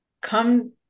come